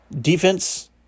Defense